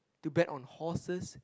to bet on horses